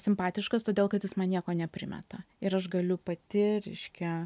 simpatiškas todėl kad jis man nieko neprimeta ir aš galiu pati reiškia